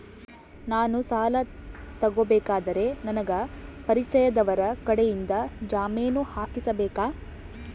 ನಾನು ಸಾಲ ತಗೋಬೇಕಾದರೆ ನನಗ ಪರಿಚಯದವರ ಕಡೆಯಿಂದ ಜಾಮೇನು ಹಾಕಿಸಬೇಕಾ?